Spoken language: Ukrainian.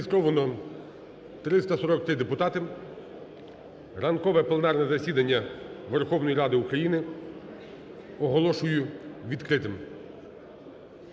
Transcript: Зареєстровано 343 депутати. Ранкове пленарне засідання Верховної Ради України оголошую відкритим.